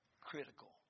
critical